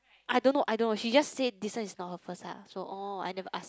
I don't know I don't know she just said this one is not her first ah so oh I never ask